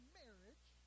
marriage